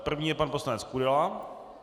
První je pan poslanec Kudela.